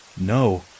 No